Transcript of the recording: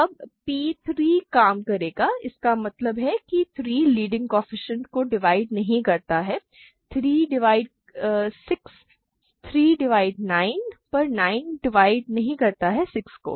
अब p 3 काम करेगा इसका मतलब है कि 3 लीडिंग कोएफ़िशिएंट को डिवाइड नहीं करता है 3 डिवाइड 6 3 डिवाइड 9 पर 9 नहीं डिवाइड करता 6 को